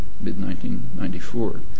mid-1994